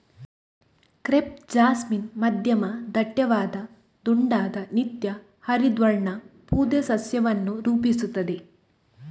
crepe jasmine ಮಧ್ಯಮ ದಟ್ಟವಾದ ದುಂಡಾದ ನಿತ್ಯ ಹರಿದ್ವರ್ಣ ಪೊದೆ ಸಸ್ಯವನ್ನು ರೂಪಿಸುತ್ತದೆ